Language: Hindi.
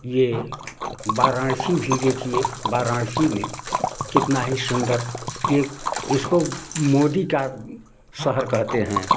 यह वाराणसी भी देखिए वाराणसी में कितना ही सुंदर यह इसको मोदी का शहर कहते हैं